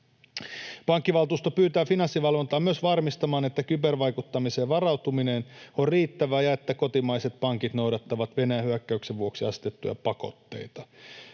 Pankkivaltuusto pyytää Finanssivalvontaa myös varmistamaan, että kybervaikuttamiseen varautuminen on riittävää ja että kotimaiset pankit noudattavat Venäjän hyökkäyksen vuoksi asetettuja pakotteita.